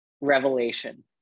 revelation